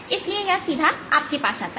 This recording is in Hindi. इसलिए यह सीधा आपके पास आता है